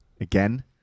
again